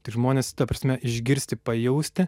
tai žmonės ta prasme išgirsti pajausti